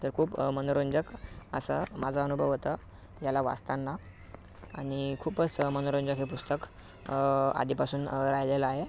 तर खूप मनोरंजक असं माझा अनुभव होता याला वाचताना आणि खूपच मनोरंजक हे पुस्तक आधीपासून राहिलेलं आहे